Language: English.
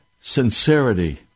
sincerity